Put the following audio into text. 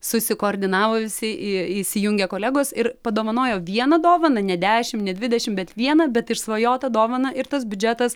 susikoordinavo visi į įsijungė kolegos ir padovanojo vieną dovaną ne dešim ne dvidešim bet vieną bet išsvajotą dovaną ir tas biudžetas